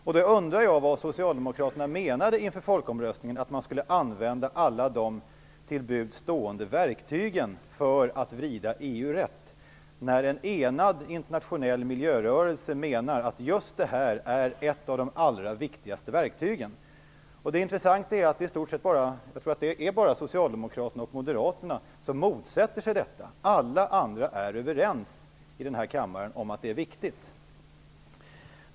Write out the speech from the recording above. Jag undrar vad Socialdemokraterna menade när de inför folkomröstningen sade att man skulle använda alla de till buds stående verktygen för att vrida EU rätt. En enad internationell miljörörelse menar att just det här är ett av de allra viktigaste verktygen. Det intressanta är att det bara är Socialdemokraterna och Moderaterna som motsätter sig detta. Alla andra i denna kammare är överens om att det är viktigt.